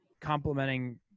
complementing